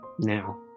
now